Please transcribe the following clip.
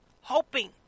Hoping